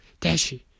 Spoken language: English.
Dashi